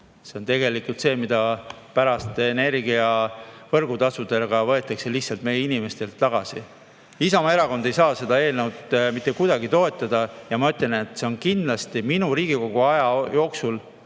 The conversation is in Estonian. See on tegelikult see, mis pärast energia võrgutasudega võetakse lihtsalt meie inimestelt tagasi. Isamaa Erakond ei saa seda eelnõu mitte kuidagi toetada. Ja ma ütlen, et see on kindlasti minu Riigikogu aja jooksul